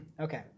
Okay